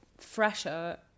Fresher